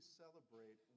celebrate